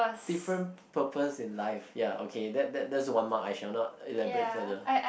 different purpose in life ya okay that that that's one mark I shall not elaborate further